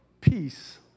peace